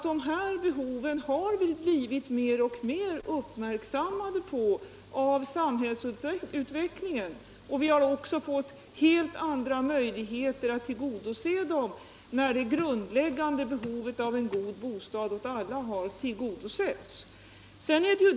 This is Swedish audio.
De här behoven har vi ju blivit mer och mer uppmärksammade på av samhällsutvecklingen, och vi har också fått helt andra möjligheter att tillgodose dem när de grundläggande behoven av en god bostad åt alla har fyllts.